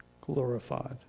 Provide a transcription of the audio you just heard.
glorified